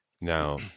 Now